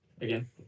again